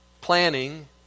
planning